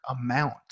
amount